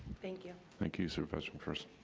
thank you. thank you, supervisor mcpherson.